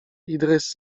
idrys